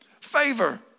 Favor